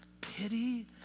pity